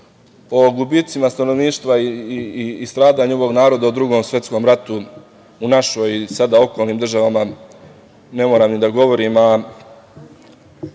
gubicima stanovništva i stradanju ovog naroda u Drugom svetskom ratu u našoj i sada okolnim državama ne moram da govori,